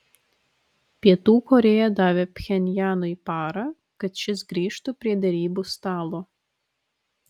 pietų korėja davė pchenjanui parą kad šis grįžtų prie derybų stalo